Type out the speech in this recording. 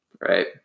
right